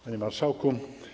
Panie Marszałku!